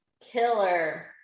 Killer